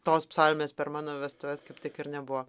tos psalmės per mano vestuves kaip tik ir nebuvo